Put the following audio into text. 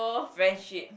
friendship